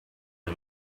him